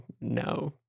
no